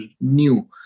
new